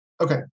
Okay